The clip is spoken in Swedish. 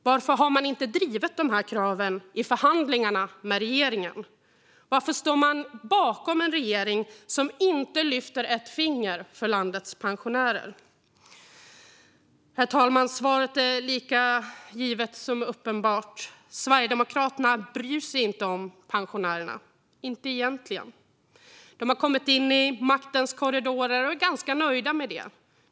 Varför har man inte drivit dessa krav i förhandlingarna med regeringen? Varför står man bakom en regering som inte lyfter ett finger för landets pensionärer? Herr talman! Svaret är lika givet som uppenbart. Sverigedemokraterna bryr sig inte om pensionärerna - inte egentligen. De har kommit in i maktens korridorer och är ganska nöjda med det.